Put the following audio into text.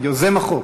עובדים קשה.